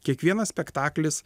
kiekvienas spektaklis